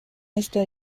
esta